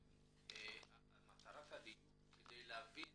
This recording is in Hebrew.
מטרת הדיון היא להבין